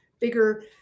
bigger